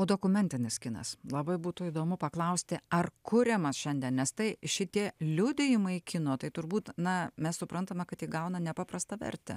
o dokumentinis kinas labai būtų įdomu paklausti ar kuriamas šiandien nes tai šitie liudijimai kino tai turbūt na mes suprantama kad įgauna nepaprastą vertę